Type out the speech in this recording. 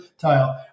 tile